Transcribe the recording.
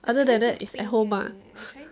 other than that is at home ah